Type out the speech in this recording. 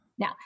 Now